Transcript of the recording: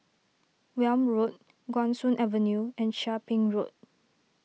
Welm Road Guan Soon Avenue and Chia Ping Road